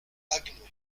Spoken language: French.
haguenau